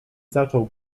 zaczął